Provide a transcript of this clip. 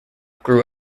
grew